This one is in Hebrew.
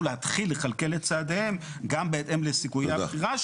להתחיל לכלכל את צעדיהם גם בהתאם לסיכויי הזכייה,